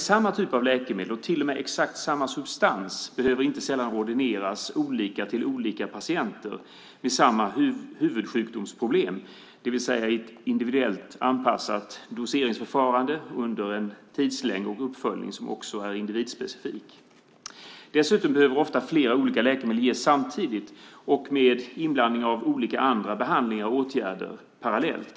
Samma typ av läkemedel, och till och med exakt samma substans, behöver inte sällan ordineras olika till olika patienter med samma huvudsjukdomsproblem, det vill säga i ett individuellt anpassat doseringsförfarande under en tidslängd och med en uppföljning som också är individspecifik. Dessutom behöver ofta flera olika läkemedel ges samtidigt och med inblandning av olika andra behandlingar och åtgärder parallellt.